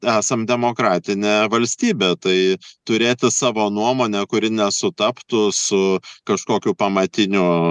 esam demokratinė valstybė tai turėti savo nuomonę kuri nesutaptų su kažkokiu pamatiniu